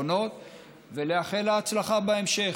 ולאחל לה הצלחה בהמשך.